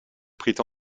prit